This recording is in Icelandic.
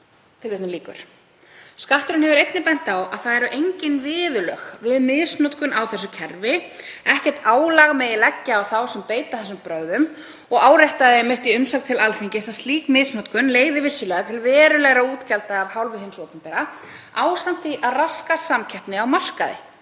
nýsköpunarverkefna.“ Skatturinn hefur einnig bent á að það eru engin viðurlög við misnotkun á þessu kerfi, ekkert álag megi leggja á þá sem beita þessum brögðum og áréttaði hann einmitt í umsögn til Alþingis að slík misnotkun leiði vissulega til verulegra útgjalda af hálfu hins opinbera ásamt því að raska samkeppni á markaði.